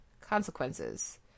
consequences